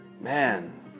Man